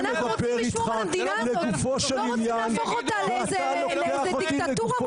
מעניין אותי התפקיד שלו,